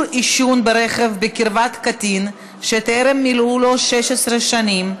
עישון ברכב בקרבת קטין שטרם מלאו לו 16 שנים),